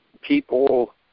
people